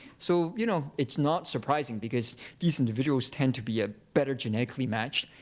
so you know it's not surprising because these individuals tend to be ah better genetically matched.